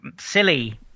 silly